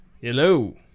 Hello